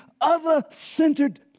other-centered